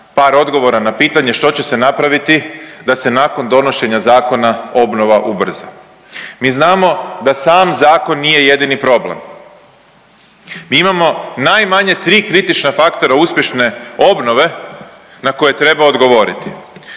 par odgovora na pitanje što će se napraviti da se nakon donošenja zakona obnova ubrza. Mi znamo da sam zakon nije jedini problem. Mi imamo najmanje tri kritična faktora uspješne obnove na koje treba odgovoriti.